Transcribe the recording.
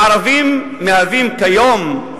הערבים מהווים כיום,